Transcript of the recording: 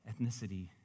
ethnicity